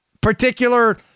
particular